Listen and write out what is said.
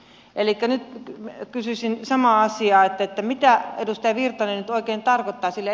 elikkä nyt kysyisin samaa asiaa sitä mitä edustaja virtanen oikein tarkoittaa sillä